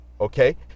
okay